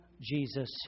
Jesus